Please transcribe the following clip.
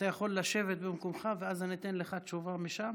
אתה יכול לשבת במקומך ואז אני אתן לך תשובה משם?